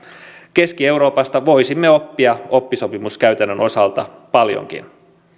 keski euroopasta voisimme oppia oppisopimuskäytännön osalta paljonkin